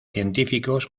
científicos